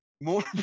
More